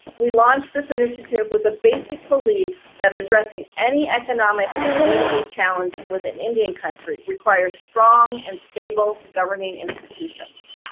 we launched this initiative with a basic belief that addressing any economic and community challenge with an indian country requires strong and stable governing institutions.